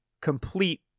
complete